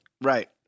Right